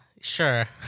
sure